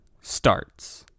starts